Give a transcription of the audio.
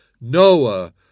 Noah